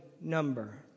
number